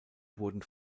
wurden